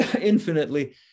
infinitely